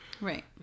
Right